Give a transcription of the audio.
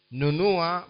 nunua